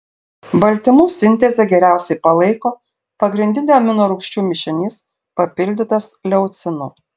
baltymų sintezę geriausiai palaiko pagrindinių aminorūgščių mišinys papildytas leucinu